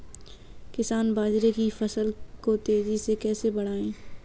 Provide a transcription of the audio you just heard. किसान बाजरे की फसल को तेजी से कैसे बढ़ाएँ?